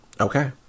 Okay